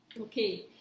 Okay